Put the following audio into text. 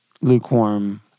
lukewarm